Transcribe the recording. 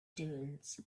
dunes